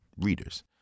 readers